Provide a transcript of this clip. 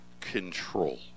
control